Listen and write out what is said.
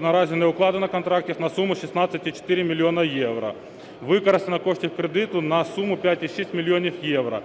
Наразі не укладено контрактів на суму 16,4 мільйона євро. Використано коштів кредиту на суму 5,6 мільйона євро.